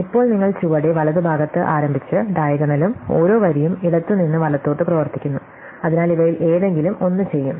ഇപ്പോൾ നിങ്ങൾ ചുവടെ വലതുഭാഗത്ത് ആരംഭിച്ച് ഡയഗണലും ഓരോ വരിയും ഇടത്തുനിന്ന് വലത്തോട്ട് പ്രവർത്തിക്കുന്നു അതിനാൽ ഇവയിൽ ഏതെങ്കിലും ഒന്ന് ചെയ്യും